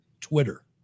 Twitter